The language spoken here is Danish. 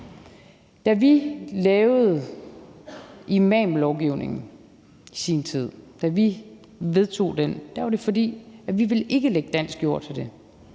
At vi lavede imamlovgivningen i sin tid, og at vi vedtog den, var, fordi vi ikke ville lægge dansk jord til det.